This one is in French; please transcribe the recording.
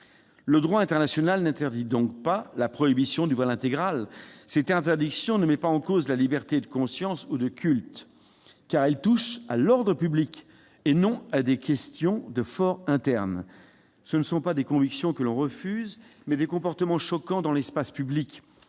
Le droit international n'interdit donc pas la prohibition du voile intégral. Cette interdiction ne met pas en cause la liberté de conscience ou de culte, car elle touche à l'ordre public et non à des questions de for interne. Ce sont non pas des convictions que l'on refuse, mais des comportements choquants dans l'espace public.